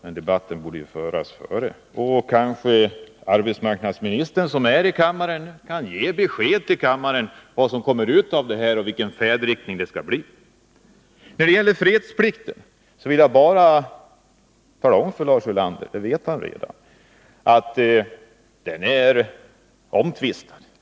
Men debatten borde ju föras före. Kanske arbetsmarknadsministern som befinner sig i kammaren kan ge oss besked om vad som kommer ut av detta och vilken färdriktningen skall bli. När det gäller fredsplikten vill jag bara tala om för Lars Ulander — fast det vet han redan — att den är omtvistad.